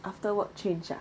after work change ah